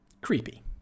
Creepy